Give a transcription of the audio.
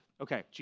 okay